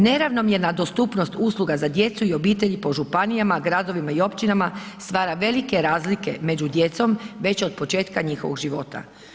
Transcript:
Neravnomjerna dostupnost usluga za djecu i obitelj po županijama, gradovima i općinama stvara velike razlike među djecom, već od početka njihovog života.